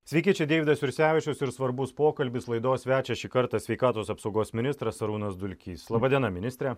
sveiki čia deividas jursevičius ir svarbus pokalbis laidos svečias šį kartą sveikatos apsaugos ministras arūnas dulkys laba diena ministre